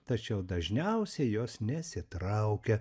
tačiau dažniausiai jos nesitraukia